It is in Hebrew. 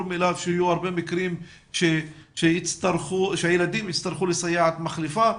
שיהיו מקרים שבהם הילדים יצטרכו סייעת מחליפה.